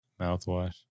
mouthwash